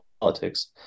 politics